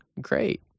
great